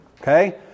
Okay